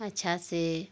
अच्छा से